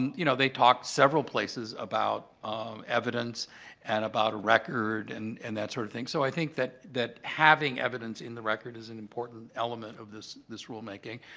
you know, they talk several places about evidence and about a record and and that sort of thing. so i think that that having evidence in the record is an important element of this this rulemaking.